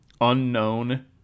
unknown